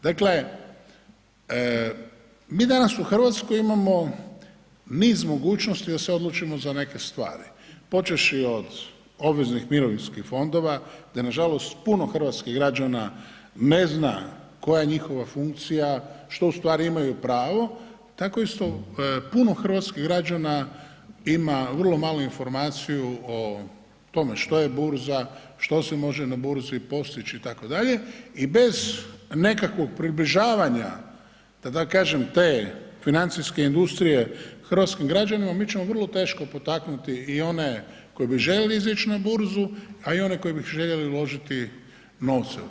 Dakle, mi danas u Hrvatskoj imamo niz mogućnosti da se odlučimo za neke stvari, počevši od obveznih mirovinskih fondova da nažalost puno hrvatskih građana ne zna koja je njihova funkcija, što ustvari imaju pravu, tako isto puno hrvatskih građana ima vrlo malu informaciju o tome što je burza, što se može na burzi postići itd. i bez nekakvog približavanja da tako kažem te financijske industrije hrvatskim građanima, mi ćemo vrlo teško potaknuti i one koji bi željeli izići na burzu, a i one koji bi željeli uložiti novce u to.